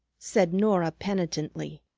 said norah penitently.